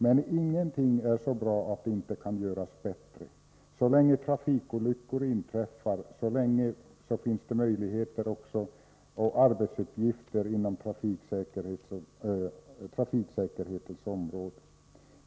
Men ingenting är så bra att det inte kan göras bättre. Så länge trafikolyckor inträffar, så länge finns det också arbetsuppgifter på trafiksäkerhetens område.